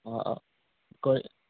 कळ